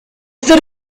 este